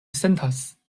sentas